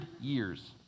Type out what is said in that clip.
years